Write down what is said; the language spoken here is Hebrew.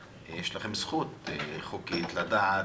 יש לכם זכות חוקית לדעת.